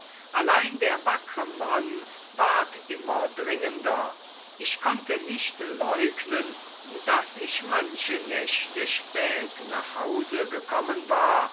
allein der wackre mann ward immer dringender ich konnte nicht leugnen daß ich manche nächte spät nach hause gekommen war